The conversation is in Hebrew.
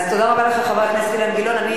תודה רבה לך, חבר הכנסת אילן גילאון.